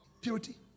purity